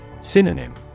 Synonym